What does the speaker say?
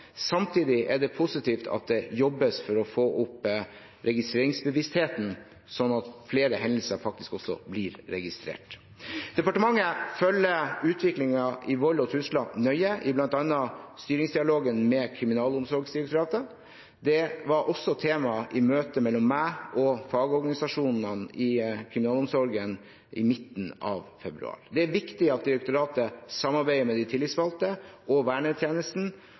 Samtidig er det positivt at det jobbes med å få opp registreringsbevisstheten, slik at flere hendelser faktisk blir registrert. Departementet følger utviklingen innenfor vold og trusler nøye, bl.a. i styringsdialogen med Kriminalomsorgsdirektoratet. Det var også tema i møtet mellom meg og fagorganisasjonene i kriminalomsorgen i midten av februar. Det er viktig at direktoratet samarbeider med de tillitsvalgte og vernetjenesten